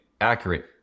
accurate